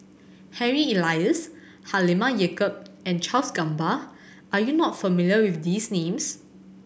Harry Elias Halimah Yacob and Charles Gamba are you not familiar with these names